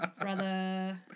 Brother